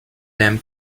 them